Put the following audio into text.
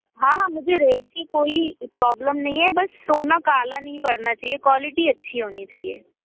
हाँ हाँ मुझे रेट की कोई प्रॉब्लम नहीं है बस सोना काला नहीं पड़ना चाहिए क्वालिटी अच्छी होनी चहिए